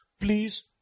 please